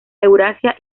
eurasia